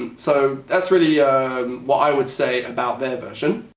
so that's really what i would say about their version.